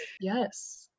Yes